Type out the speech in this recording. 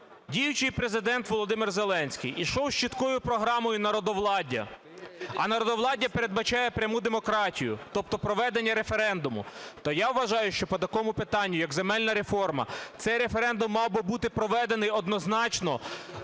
діючий Президент Володимир Зеленський ішов з чіткою програмою народовладдя, а народовладдя передбачає пряму демократію, тобто проведення референдуму, то я вважаю, що по такому питанню, як земельна реформа, цей референдум мав би бути проведений однозначно